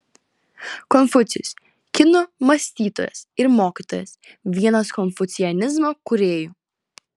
konfucijus kinų mąstytojas ir mokytojas vienas konfucianizmo kūrėjų